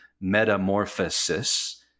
metamorphosis